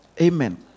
Amen